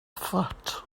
foot